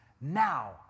Now